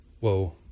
Whoa